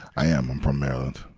i am. i'm from maryland.